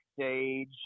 stage